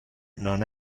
non